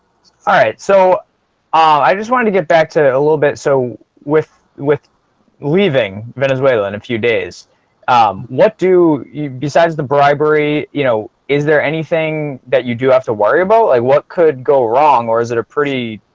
alright, so ah i just wanted to get back to it a little bit so with with leaving venezuela in a few days um what do you besides the bribery? you know is there anything that you do have to worry about like what could go wrong or is it a pretty?